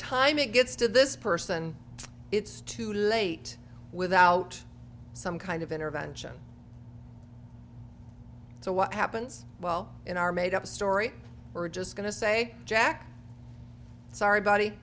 time it gets to this person it's too late without some kind of intervention so what happens well in our made up story we're just going to say jack sorry buddy